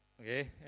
Okay